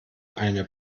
eine